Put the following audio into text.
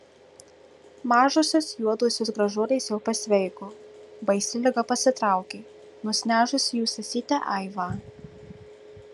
mažosios juodosios gražuolės jau pasveiko baisi liga pasitraukė nusinešusi jų sesytę aivą